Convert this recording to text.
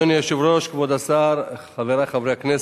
אדוני היושב-ראש, כבוד השר, חברי הכנסת,